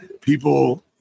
People